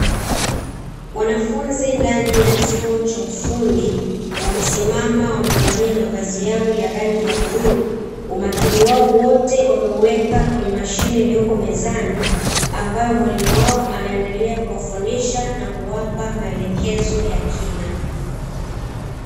Wanafunzi ndani ya chuo cha ufundi, wamesimama wamevalia mavazi yao ya rangi ya bluu. Umakini wao wote wameuweka kwenye mashine iliyopo mezani, ambayo mwalimu wao anaendelea kuwafundisha na kuwapa maelekezo ya kina.